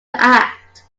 act